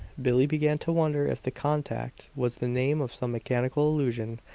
billie began to wonder if the contact was the name of some mechanical illusion,